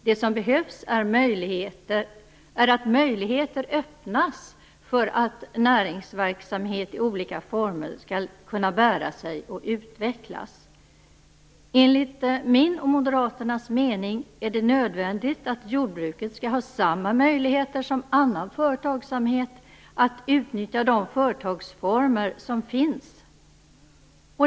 Det som behövs är att möjligheter öppnas för att näringsverksamhet i olika former skall kunna bära sig och utvecklas. Enligt min och Moderaternas mening är det nödvändigt att jordbruket skall ha samma möjligheter som annan företagsamhet att utnyttja de företagsformer som finns.